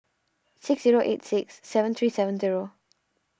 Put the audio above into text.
six zero eight six seven three seven zero